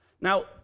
Now